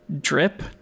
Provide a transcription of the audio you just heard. drip